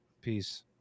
Peace